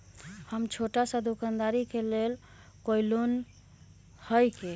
हम छोटा सा दुकानदारी के लिए कोई लोन है कि?